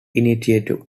initiative